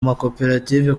makoperative